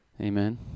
amen